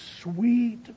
sweet